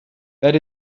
that